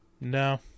no